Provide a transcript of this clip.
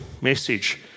message